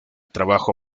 trabajo